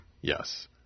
yes